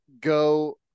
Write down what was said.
go